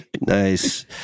Nice